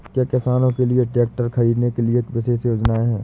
क्या किसानों के लिए ट्रैक्टर खरीदने के लिए विशेष योजनाएं हैं?